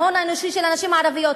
ההון האנושי של הנשים הערביות,